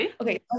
Okay